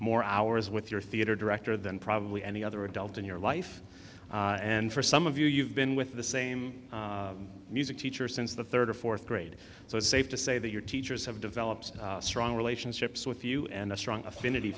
more hours with your theater director than probably any other adult in your life and for some of you you've been with the same music teacher since the third or fourth grade so it's safe to say that your teachers have developed strong relationships with you and a strong affinity